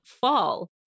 fall